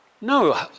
No